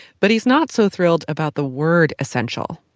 but he's not so thrilled about the word essential.